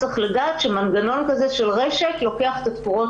צריך לדעת שמנגנון כזה של רשת לוקח את התקורות